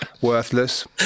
worthless